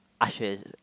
Ashes